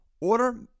Order